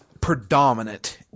predominant